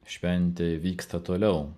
šventė vyksta toliau